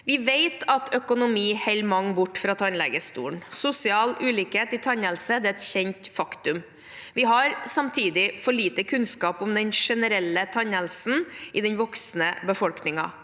Vi vet at økonomi holder mange borte fra tannlegestolen. Sosial ulikhet i tannhelse er et kjent faktum. Vi har samtidig for lite kunnskap om den generelle tannhelsen i den voksne befolkningen.